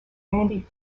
randy